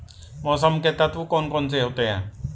मौसम के तत्व कौन कौन से होते हैं?